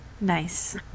nice